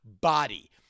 body